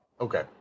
Okay